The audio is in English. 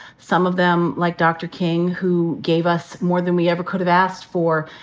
some of them like dr. king, who gave us more than we ever could have asked for,